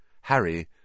Harry